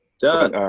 done.